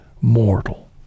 mortal